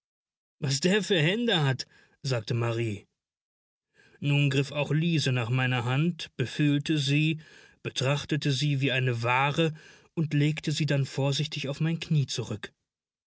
was der für hände hat sagte marrie nun griff auch liese nach meiner hand befühlte sie betrachtete sie wie eine ware und legte sie dann vorsichtig auf mein knie zurück